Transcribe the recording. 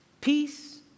Peace